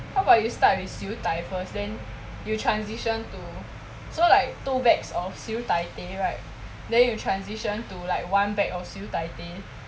how about you start with siu dai first then you transition to so like two bags of siu dai teh right then you transition to like one bag of siu dai teh